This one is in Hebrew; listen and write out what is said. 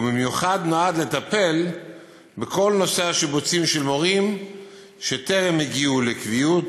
והוא נועד לטפל במיוחד בכל נושא השיבוצים של מורים שטרם הגיעו לקביעות,